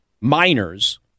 minors